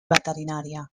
veterinària